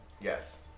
Yes